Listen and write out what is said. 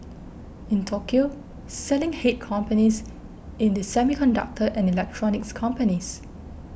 in Tokyo selling hit companies in the semiconductor and electronics companies